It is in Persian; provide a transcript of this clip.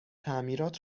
تعمیرات